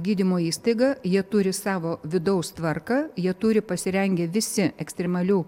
gydymo įstaiga jie turi savo vidaus tvarką jie turi pasirengę visi ekstremalių